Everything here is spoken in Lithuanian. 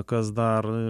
kas dar